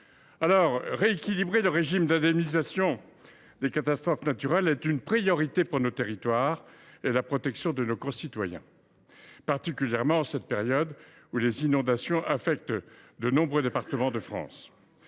Rééquilibrer le régime d’indemnisation des catastrophes naturelles est une priorité pour nos territoires, comme pour la protection de nos concitoyens, particulièrement en cette période où les inondations affectent de nombreux départements de France.